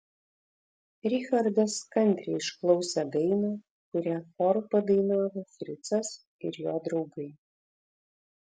richardas kantriai išklausė dainą kurią choru padainavo fricas ir jo draugai